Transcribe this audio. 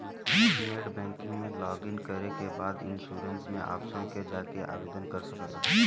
net banking में login करे के बाद इन्शुरन्स के ऑप्शन पे जाके आवेदन कर सकला